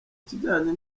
kijyanye